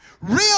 Real